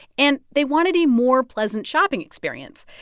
and they wanted a more pleasant shopping experience.